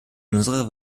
unserer